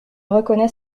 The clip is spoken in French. reconnais